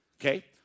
Okay